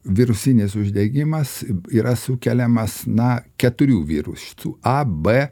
virusinis uždegimas yra sukeliamas na keturių virusų a b